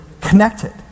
connected